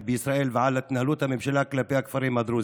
בישראל ועל התנהלות הממשלה כלפי הכפרים הדרוזיים.